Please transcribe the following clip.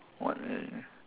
what e~